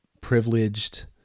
privileged